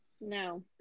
No